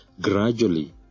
gradually